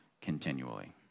continually